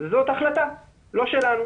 זו החלטה לא שלנו,